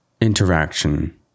interaction